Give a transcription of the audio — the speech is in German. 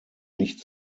nicht